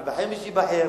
וייבחר מי שייבחר,